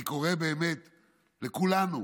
אני קורא באמת לכולנו,